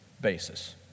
basis